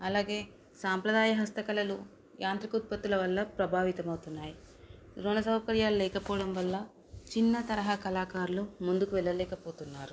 అలాగే సాంప్రదాయ హస్తకళలు యాంత్రిక ఉత్పత్తుల వల్ల ప్రభావితమవుతున్నాయి రుణ సౌకర్యాలు లేకపోవడం వల్ల చిన్న తరహా కళాకారులు ముందుకు వెళ్ళలేకపోతున్నారు